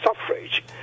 suffrage